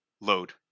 load